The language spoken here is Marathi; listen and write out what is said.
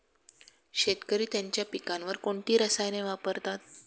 शेतकरी त्यांच्या पिकांवर कोणती रसायने वापरतात?